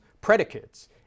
predicates